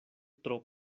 tro